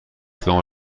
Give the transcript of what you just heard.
خیابون